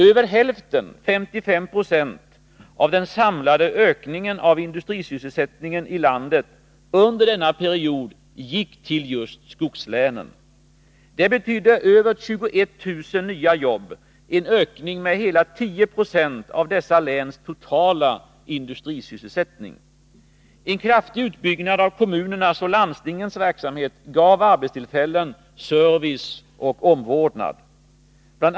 Över hälften — 55 96 — av den samlade ökningen av industrisysselsättningen i landet under denna period gick till just skogslänen. Det betydde över 21 000 nya jobb — en ökning med hela 10 96 av dessa läns totala industrisysselsättning. En kraftig utbyggnad av kommunernas och landstingens verksamhet gav arbetstillfällen, service och omvårdnad. Bl.